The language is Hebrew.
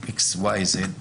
כאלה וכאלה,